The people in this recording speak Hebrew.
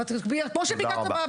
כפי שביקשתי,